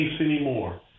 anymore